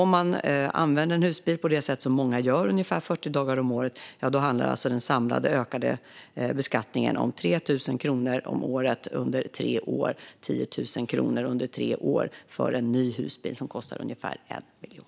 Om man använder en husbil på det sätt som många gör, det vill säga ungefär 40 dagar om året, handlar den ökade beskattningen om 3 000 kronor om året under tre år, 10 000 kronor under tre år, för en ny husbil som kostar ungefär 1 miljon.